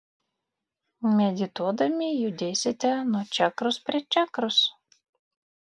medituodami judėsite nuo čakros prie čakros